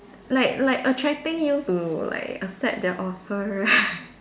like like attracting you to like accept their offer right